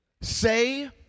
say